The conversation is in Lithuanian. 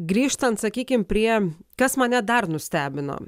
grįžtant sakykim prie kas mane dar nustebino